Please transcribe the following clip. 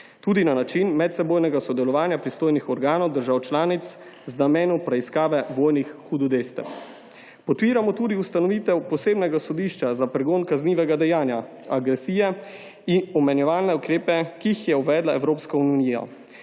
tudi na način medsebojnega sodelovanja pristojnih organov držav članic z namenom preiskave vojnih hudodelstev. Podpiramo tudi ustanovitev posebnega sodišča za pregon kaznivega dejanja agresije in omejevalne ukrepe, ki jih je uvedla Evropska unija.